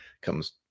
comes